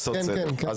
הפערים.